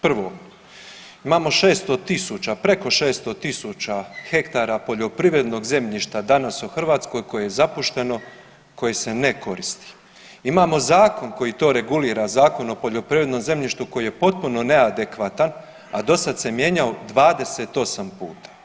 Prvo, imamo 600.000 preko 600.000 hektara poljoprivrednog zemljišta danas u Hrvatskoj koje je zapušteno koje se ne koristi, imamo zakon koji to regulira, Zakon o poljoprivrednom zemljištu koji je potpuno neadekvatan, a dosad se mijenjao 28 puta.